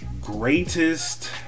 greatest